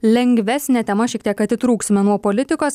lengvesnė tema šiek tiek atitrūksime nuo politikos